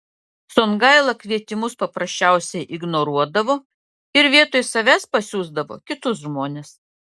songaila kvietimus paprasčiausiai ignoruodavo ir vietoj savęs pasiųsdavo kitus žmones